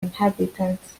inhabitants